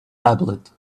tablet